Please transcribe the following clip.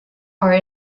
are